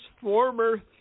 former